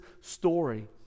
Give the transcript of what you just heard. story